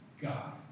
God